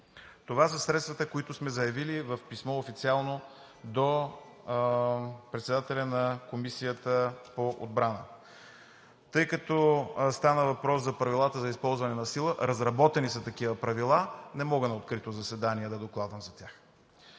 Това са средствата, които сме заявили в официално писмо до председателя на Комисията по отбрана. Тъй като стана въпрос за Правилата за използване на сила – разработени са такива правила. Не мога на открито заседание да докладвам за тях.